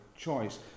choice